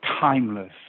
timeless